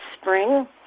Spring